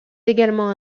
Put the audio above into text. également